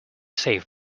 save